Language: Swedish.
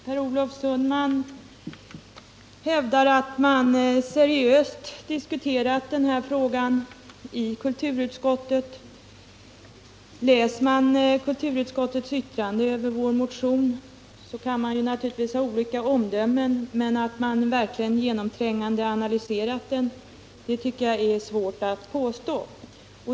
Herr talman! Per Olof Sundman hävdar att man seriöst diskuterat denna fråga i kulturutskottet. Om man läser detta utskotts yttrande över vår motion, kan man avge olika omdömen, men att utskottets ledamöter genomträngande analyserat frågan tycker jag är svårt att påstå.